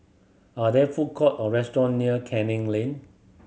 are there food court or restaurant near Canning Lane